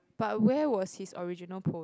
but where was his original post